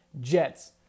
Jets